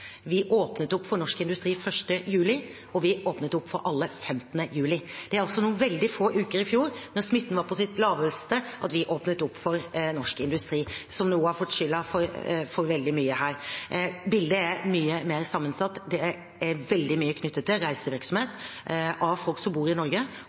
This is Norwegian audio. Vi åpnet opp for norsk industri 1. juli, og vi åpnet opp for alle 15. juli. Det var altså noen veldig få uker i fjor mens smitten var på sitt laveste at vi åpnet opp for norsk industri, som nå har fått skylden for veldig mye. Bildet er mye mer sammensatt. Det er veldig mye knyttet til